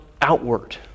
outward